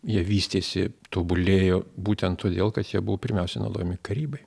jie vystėsi tobulėjo būtent todėl kad jie buvo pirmiausia naudojami karybai